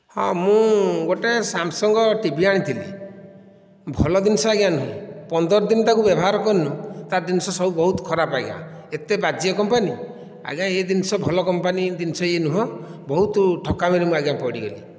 ହଁ ମୁଁ ଗୋଟିଏ ସାମସଙ୍ଗ ଟିଭି ଆଣିଥିଲି ଭଲ ଜିନିଷ ଆଜ୍ଞା ନୁହେଁ ପନ୍ଦର ଦିନ ତାକୁ ବ୍ୟବହାର କରିନୁ ତାର ଜିନିଷ ସବୁ ବହୁତ ଖରାପ ଆଜ୍ଞା ଏତେ ବାଜେ କମ୍ପାନୀ ଆଜ୍ଞା ଏ ଜିନିଷ ଭଲ କମ୍ପାନୀ ଜିନିଷ ଏହା ନୁହଁ ବହୁତ ଠକାମିରେ ମୁଁ ଆଜ୍ଞା ପଡ଼ିଗଲି